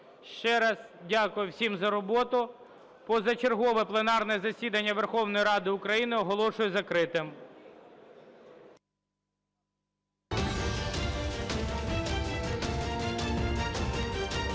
Ще раз дякую всім за роботу. Позачергове пленарне засідання Верховної Ради України оголошую закритим.